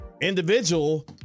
individual